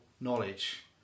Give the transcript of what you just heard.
knowledge